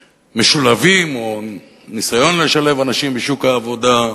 משולבים או בניסיון לשלב אנשים בשוק העבודה,